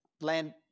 land